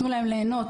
תנו להם להנות,